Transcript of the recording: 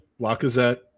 Lacazette